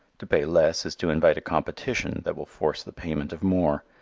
to pay less is to invite a competition that will force the payment of more.